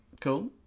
Cool